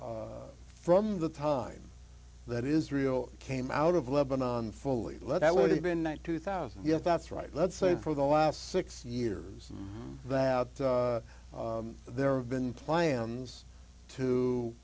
that from the time that israel came out of lebanon fully led that would have been that two thousand yes that's right let's say for the last six years that out there have been plans to